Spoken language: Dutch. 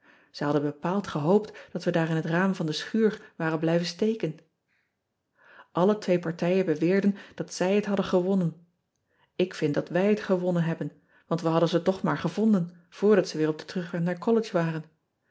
e hadden bepaald gehoopt dat we daar in het raam van de schuur waren blijven steken lle twee partijen beweerden dat zij het hadden gewonnen k vind dat wij het gewonnen hebben want we hadden ze toch maar gevonden voordat ze weer op den terugweg naar ollege waren